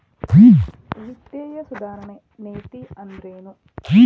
ವಿತ್ತೇಯ ಸುಧಾರಣೆ ನೇತಿ ಅಂದ್ರೆನ್